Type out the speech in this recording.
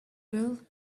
bell